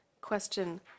Question